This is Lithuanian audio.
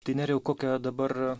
nerijau kokiadabar